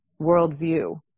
worldview